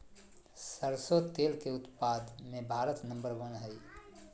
सरसों तेल के उत्पाद मे भारत नंबर वन हइ